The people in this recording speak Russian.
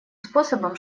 способом